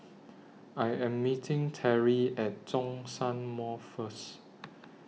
I Am meeting Terrie At Zhongshan Mall First